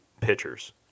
pitchers